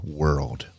world